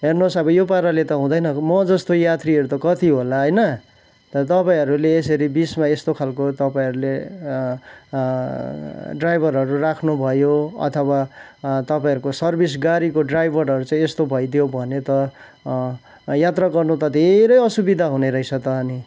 हेर्नुहोस् अब यो पाराले त हुँदैन म जस्तो यात्रीहरू त कति होला होइन तर तपाईँहरूले यसरी बिचमा यस्तो खालको तपाईँहरूले ड्राइभरहरू राख्नु भयो अथवा तपाईँहरूको सर्विस गाडीको ड्राइभरहरू चाहिँ यस्तो भइदियो भने त यात्रा गर्नु त धेरै असुविधा हुने रहेछ त अनि